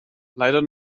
leider